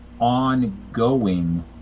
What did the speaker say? ongoing